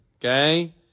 okay